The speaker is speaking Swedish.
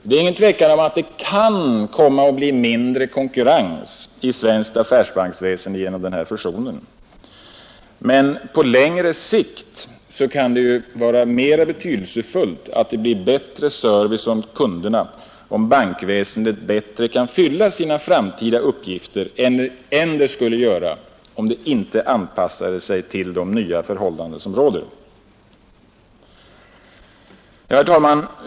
Det är ingen tvekan om att det kan komma att bli mindre konkurrens i svenskt affärsbanksväsende genom denna fusion, men på längre sikt kan det ju vara mera betydelsefullt att det blir bättre service åt kunderna om bankväsendet bättre kan fylla sina uppgifter än det skulle göra om det inte anpassade sig till de nya förhållanden som råder. Herr talman!